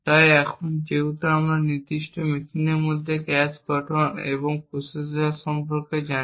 তাই এখন যেহেতু আমরা এই নির্দিষ্ট মেশিনের মধ্যে ক্যাশ গঠন এবং প্রসেসর সম্পর্কে জানি